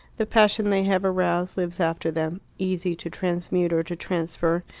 the passion they have aroused lives after them, easy to transmute or to transfer,